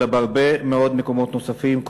אלא בהרבה מאוד מקומות נוספים,